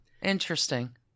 Interesting